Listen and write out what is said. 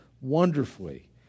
wonderfully